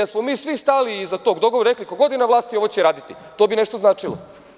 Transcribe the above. Da smo svi stali iza tog dogovora i rekli - ko god je na vlasti ovo će raditi, to bi nešto značilo.